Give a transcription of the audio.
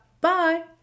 Bye